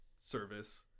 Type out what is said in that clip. service